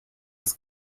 das